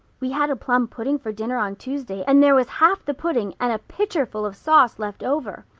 we had a plum pudding for dinner on tuesday and there was half the pudding and a pitcherful of sauce left over.